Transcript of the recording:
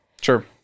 sure